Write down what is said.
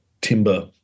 timber